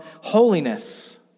holiness